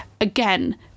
again